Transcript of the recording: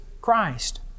Christ